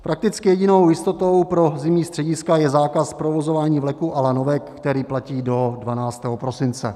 Prakticky jedinou jistotou pro zimní střediska je zákaz provozování vleků a lanovek, který platí do 12. prosince.